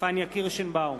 פניה קירשנבאום,